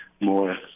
more